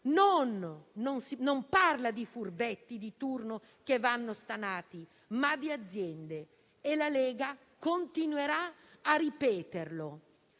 non parlo dei furbetti di turno che vanno stanati, ma di aziende» e la Lega continuerà a ripeterlo.